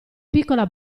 piccola